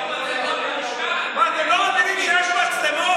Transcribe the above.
מה, אתם השתגעתם?